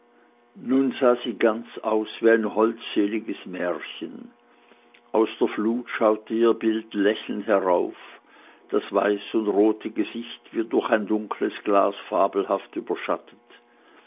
nun sah sie ganz aus wie ein holdseliges märchen aus der flut schaute ihr bild lächelnd herauf das weiß und rote gesicht wie durch ein dunkles glas fabelhaft überschattet